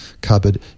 cupboard